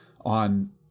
on